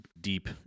deep